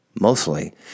Mostly